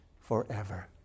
forever